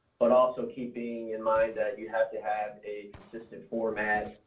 but also keeping in mind that you have to have a consistent format,